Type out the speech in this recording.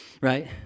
right